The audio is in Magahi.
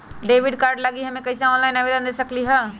डेबिट कार्ड लागी हम कईसे ऑनलाइन आवेदन दे सकलि ह?